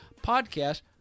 podcast